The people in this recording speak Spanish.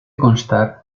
constar